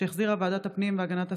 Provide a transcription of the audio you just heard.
שהחזירה ועדת הפנים והגנת הסביבה,